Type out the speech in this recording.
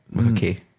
Okay